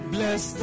Bless